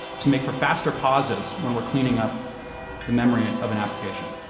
to make for faster pauses when we're cleaning up the memory of an application.